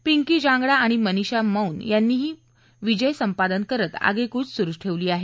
पिंकी जागंडा आणि मनिषा मौन यांनीही विजय संपादन करत आगेकूच सुरु ठेवली आहे